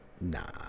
Nah